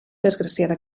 desgraciada